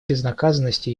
безнаказанностью